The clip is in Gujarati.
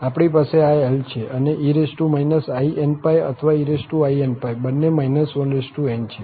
આપણી પાસે આ l છે અને e inπ અથવા einπ બંને n છે